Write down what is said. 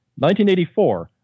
1984